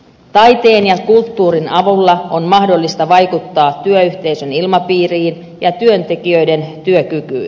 taiteen ja kulttuurin avulla on mahdollista vaikuttaa työyhteisön ilmapiiriin ja työntekijöiden työkykyyn